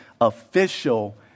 official